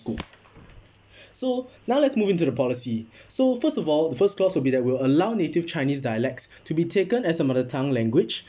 so now let's move in to the policy so first of all the first clause will be that we'll allow native chinese dialects to be taken as a mother tongue language